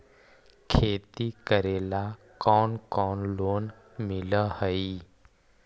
खेती करेला कौन कौन लोन मिल हइ?